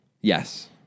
Yes